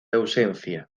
ausencia